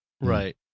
Right